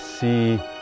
see